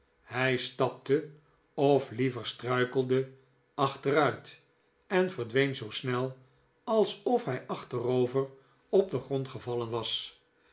hij stapte of liever struikelde achteruit en verdween zoo snel alsof hij achterover op den grond gevallen was